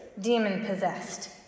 demon-possessed